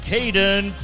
Caden